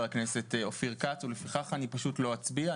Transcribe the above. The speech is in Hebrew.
הכנסת אופיר כץ ולפיכך אני פשוט לא אצביע,